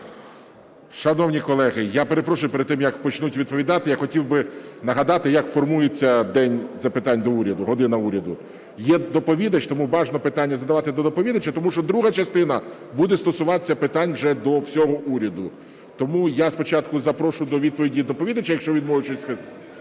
Шановні колеги, я перепрошую, перед тим, як почнуть відповідати, я хотів би нагадати, як формується день запитань до уряду, "година Уряду". Є доповідач, тому бажано питання задавати до доповідача. Тому що друга частина буде стосуватися питань вже до всього уряду. Тому я спочатку запрошую до відповіді доповідача. Якщо... (Шум у залі)